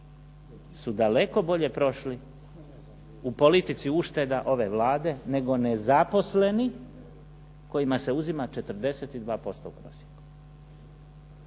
su daleko bolje prošli u politici ušteda ove Vlade, nego nezaposleni kojima se uzima 42% u prosjeku.